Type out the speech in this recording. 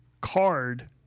card